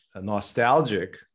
nostalgic